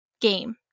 game